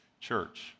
Church